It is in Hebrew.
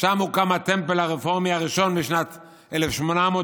שם הוקם הטמפל הרפורמי הראשון בשנת 1810,